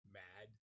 mad